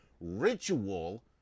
ritual